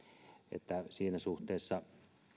siinä suhteessa on